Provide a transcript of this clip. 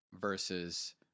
versus